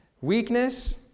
Weakness